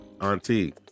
auntie